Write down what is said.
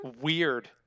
Weird